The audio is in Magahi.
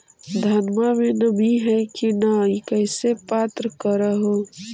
धनमा मे नमी है की न ई कैसे पात्र कर हू?